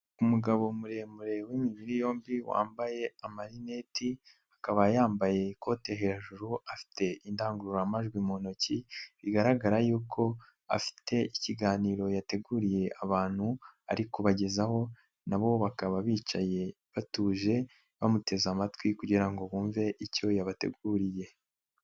Umugabo muremure w'imibiri yombi wambaye amarineti, akaba yambaye ikote hejuru afite indangururamajwi mu ntoki bigaragara yuko afite ikiganiro yateguriye abantu ari kubagezaho na bo bakaba bicaye batuje bamuteze amatwi kugira ngo bumve icyo yabateguriye.